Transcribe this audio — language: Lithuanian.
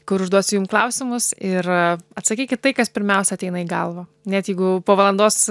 kur užduosiu jum klausimus ir atsakykit tai kas pirmiausia ateina į galvą net jeigu po valandos